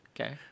Okay